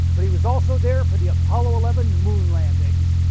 but he was also there for the apollo eleven moon landings.